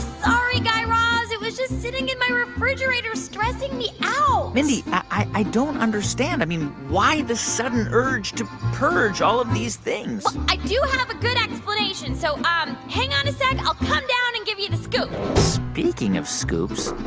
sorry, guy raz. it was just sitting in my refrigerator, stressing me out mindy, i don't understand. i mean why this sudden urge to purge all of these things? well, i do have a good explanation. so um hang on a sec. i'll come down and give you the scoop speaking of scoops,